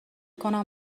کنم